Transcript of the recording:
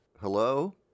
Hello